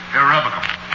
irrevocable